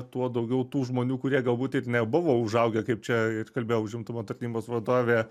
tuo daugiau tų žmonių kurie galbūt ir nebuvo užaugę kaip čia ir kalbėjo užimtumo tarnybos vadovė